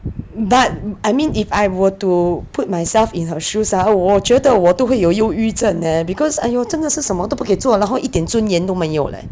but I mean if I were to put myself in her shoes ah 我觉得我都会有忧郁症 eh because !aiyo! 真的是什么都不可以做然后一点尊严都没有 leh